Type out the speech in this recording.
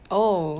oh